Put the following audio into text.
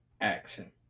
action